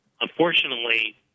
unfortunately